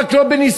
רק לא בנישואין.